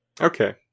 Okay